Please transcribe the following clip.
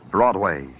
Broadway